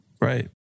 right